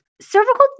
cervical